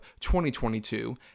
2022